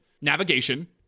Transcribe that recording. navigation